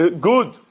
Good